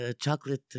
chocolate